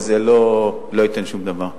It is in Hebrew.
וזה לא ייתן שום דבר.